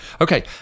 Okay